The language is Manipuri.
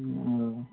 ꯑꯥ